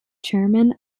chairman